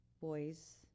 boys